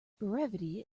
brevity